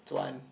one